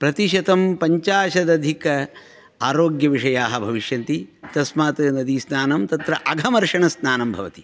प्रतिशतं पञ्चाशतधिक आरोग्यविषयाः भविष्यन्ति तस्मात् नदीस्नानं तत्र अघमर्षणस्नानं भवति